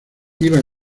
iba